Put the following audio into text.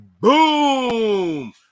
boom